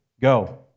Go